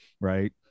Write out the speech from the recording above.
right